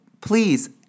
please